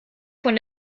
von